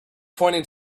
pointing